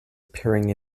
appearing